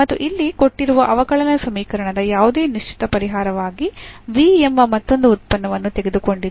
ಮತ್ತು ಇಲ್ಲಿ ಕೊಟ್ಟಿರುವ ಅವಕಲನ ಸಮೀಕರಣದ ಯಾವುದೇ ನಿಶ್ಚಿತ ಪರಿಹಾರವಾಗಿ ಎಂಬ ಮತ್ತೊಂದು ಉತ್ಪನ್ನವನ್ನು ತೆಗೆದುಕೊಂಡಿದ್ದೇವೆ